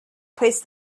placed